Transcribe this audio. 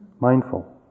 mindful